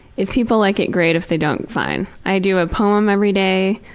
if people like it great, if they don't fine. i do a poem every day.